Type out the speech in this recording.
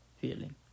feeling